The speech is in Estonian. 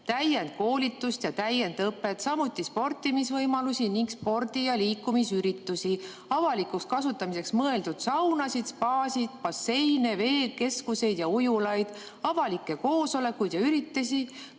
täiendkoolitust ja täiendõpet, samuti sportimisvõimalusi ning spordi‑ ja liikumisüritusi, avalikuks kasutamiseks mõeldud saunasid, spaasid, basseine, veekeskuseid ja ujulaid, avalikke koosolekuid ja üritusi,